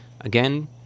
Again